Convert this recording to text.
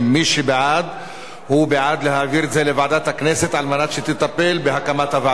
מי שבעד הוא בעד להעביר את זה לוועדת הכנסת על מנת שתטפל בהקמת הוועדה,